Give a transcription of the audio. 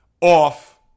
off